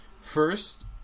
First